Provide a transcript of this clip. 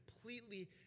completely